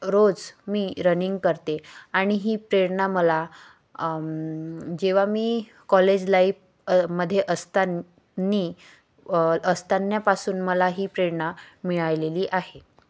रोज मी रनिंग करते आणि ही प्रेरणा मला जेव्हा मी कॉलेज लाईफ मध्ये असतानी असतानापासून मला ही प्रेरणा मिळालेली आहे